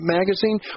magazine